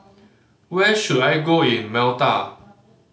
where should I go in Malta